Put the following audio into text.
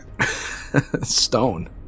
Stone